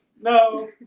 no